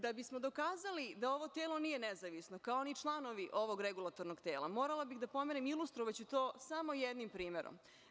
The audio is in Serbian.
Da bismo dokazali da ovo telo nije nezavisno, kao ni članovi ovog regulatornog tela, morala bih da pomenem i ilustrovaću to samo jednim primerom.